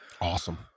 Awesome